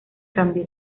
cambio